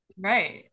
Right